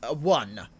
one